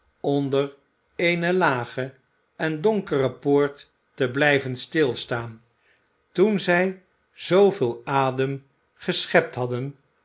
onder eene lage en donkere poort te blijven stilstaan toen zij zooveel adem geschept hadden